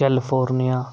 California